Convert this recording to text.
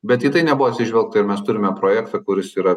bet į tai nebuvo atsižvelgta ir mes turime projektą kuris yra